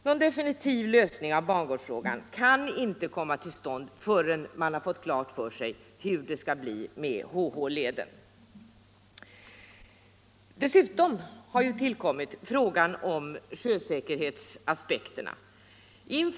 Någon definitiv lösning av bangårdsfrågan kan inte komma till stånd förrän man fått klart för sig hur det skall bli med HH-leden. Dessutom har sjösäkerhetsaspekterna tillkommit.